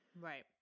Right